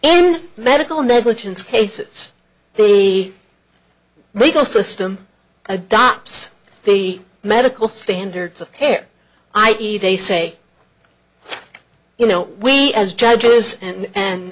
in medical negligence cases the legal system adopts the medical standards of care i e they say you know we as judges and and